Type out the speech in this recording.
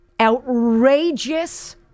outrageous